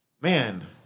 man